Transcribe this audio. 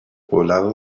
poblado